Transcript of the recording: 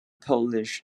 polish